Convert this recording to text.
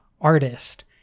artist